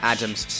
Adam's